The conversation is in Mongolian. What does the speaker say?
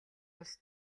улс